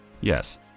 Yes